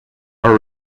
are